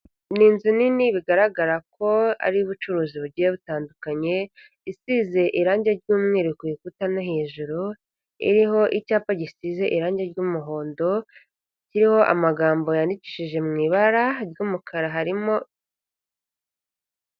Ni inzu nini bigaragara ko ari iy'ubucuruzi bugiye butandukanye, isize irangi ry'umweru ku bikuta no hejuru, iriho icyapa gisize irangi ry'umuhondo kiriho amagambo yandikishije mu ibara ry'umukara harimo....